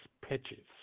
pitches